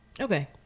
Okay